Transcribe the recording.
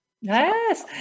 Yes